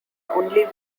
only